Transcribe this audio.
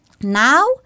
now